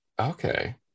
Okay